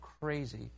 crazy